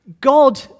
God